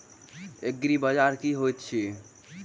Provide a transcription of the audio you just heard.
एग्रीबाजार की होइत अछि?